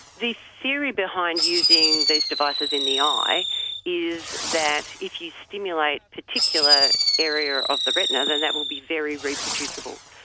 the theory behind using these devices in the eye is that if you stimulate a particular area of the retina, then that will be very reproducible.